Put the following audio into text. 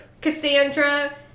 Cassandra